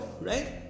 right